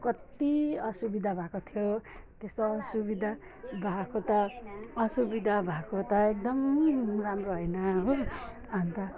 कति असुविधा भएको थियो त्यस्तो असुविधा भएको त असुविधा भएको त एकदम राम्रो होइन हो अन्त